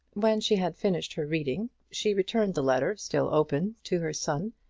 when she had finished her reading, she returned the letter, still open, to her son,